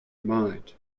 mind